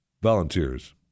Volunteers